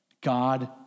God